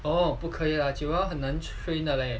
oh 不可以 lah chihuahua 很能 train 的 leh